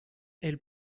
elle